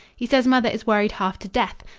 he says mother is worried half to death.